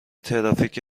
ترافیک